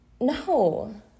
No